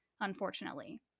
unfortunately